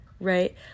Right